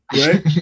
Right